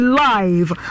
live